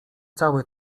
całe